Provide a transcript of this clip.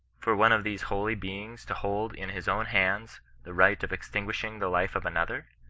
for one of these holy beings to hold in his own hands the right of extinguish ing the life of another?